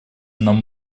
нам